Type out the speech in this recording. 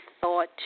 thought